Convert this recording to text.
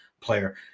player